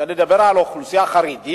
אפשר לדבר על האוכלוסייה החרדית,